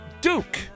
Duke